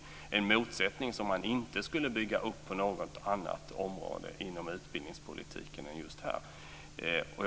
Det är en motsättning som man inte skulle bygga upp på något annat område inom utbildningspolitiken än just det här.